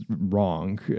wrong